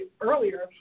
earlier